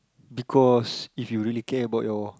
because if you really care about your